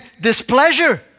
displeasure